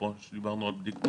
אפרופו מה שדיברנו על בדיקות,